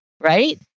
right